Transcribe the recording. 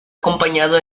acompañado